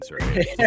right